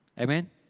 Amen